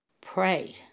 Pray